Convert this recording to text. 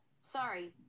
sorry